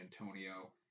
Antonio